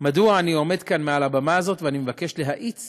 מדוע אני עומד כעת מעל הבמה הזאת ואני מבקש להאיץ